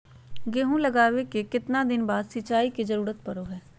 गेहूं लगावे के कितना दिन बाद सिंचाई के जरूरत पड़ो है?